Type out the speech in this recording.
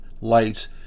lights